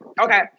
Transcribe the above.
okay